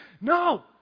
No